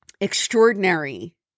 extraordinary